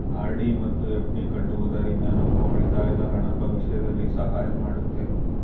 RD ಮತ್ತು FD ಕಟ್ಟುವುದರಿಂದ ನಮ್ಮ ಉಳಿತಾಯದ ಹಣ ಭವಿಷ್ಯದಲ್ಲಿ ಸಹಾಯ ಮಾಡುತ್ತೆ